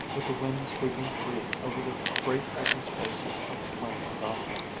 with the wind sweeping free over the great open spaces of the plain about them,